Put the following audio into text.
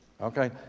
Okay